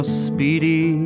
speedy